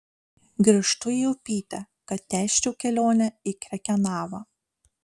grįžtu į upytę kad tęsčiau kelionę į krekenavą